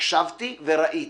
הקשבתי וראיתי